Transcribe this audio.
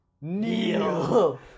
Neil